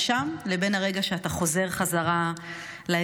שם לבין הרגע שאתה חוזר חזרה לאזרחות.